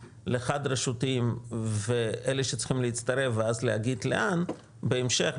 לחד-רשותיים ואלה שצריכים להצטרף ואז להגיד לאן ובהמשך,